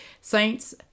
Saints